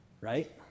Right